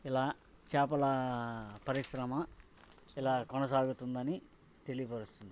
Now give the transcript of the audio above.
ఇలా చేపల పరిశ్రమ ఇలా కొనసాగుతుందని తెలియపరుస్తున్నాను